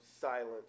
silence